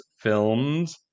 filmed